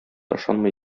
ышанмый